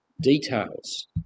details